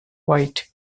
white